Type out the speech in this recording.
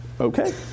Okay